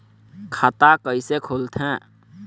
खाता कइसे खोलथें?